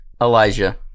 Elijah